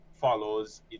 follows